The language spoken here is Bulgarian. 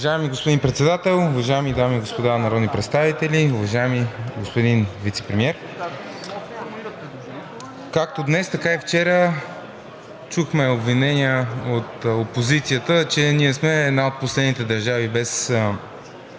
Уважаеми господин Председател, уважаеми дами и господа народни представители, уважаеми господин Вицепремиер! Както днес, така и вчера чухме обвинения от опозицията, че ние сме една от последните държави без